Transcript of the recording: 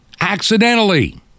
accidentally